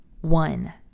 One